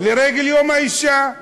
לרגל יום האישה.